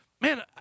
man